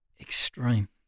Extreme